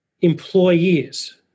employees